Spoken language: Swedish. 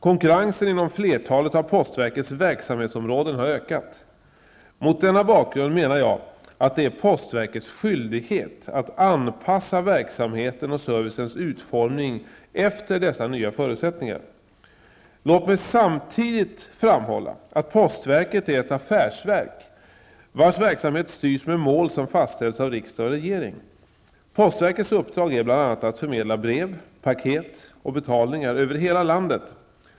Konkurrensen inom flertalet av postverkets verksamhetsområden har ökat. Mot denna bakgrund menar jag att det är postverkets skyldighet att anpassa verksamheten och servicens utformning efter dessa nya förutsättningar. Låt mig samtidigt framhålla att postverket är ett affärsverk, vars verksamhet styrs med mål som fastställs av riksdag och regering. Postverkets uppdrag är bl.a. att förmedla brev, paket och betalningar över hela landet.